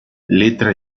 letra